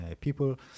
people